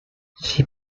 she